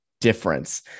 difference